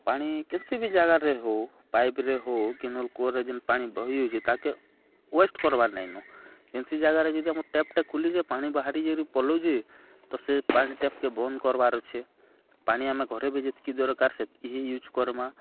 ପାଣି କେନ୍ସି ବି ଜାଗାରେ ହଉ ପାଇପ୍ରେ ହଉ କି ନଳକୂଅରେ ଯେନ୍ ପାଣି ୟୁଜ୍ ହୁଏ ତାକେ ୱେଷ୍ଟ କର୍ବାର୍ ନାଇଁନୁ ଏନ୍ସି ଜାଗାରେ ଯଦି ଆମ ଟ୍ୟାପ୍ଟେ ଖୁଲି ଯେ ପାଣି ବାହାରି କିରି ପଲଉଛି ତ ସେ ପାଣି ଟ୍ୟାପ୍ କେ ବନ୍ଦ କର୍ବାର୍ ଅଛେ ପାଣି ଆମେ ଘରେ ବି ଯେତିକି ଦରକାର ସେତିକି ହି ୟୁଜ୍ କର୍ମା